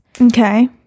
Okay